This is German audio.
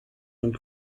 und